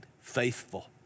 faithful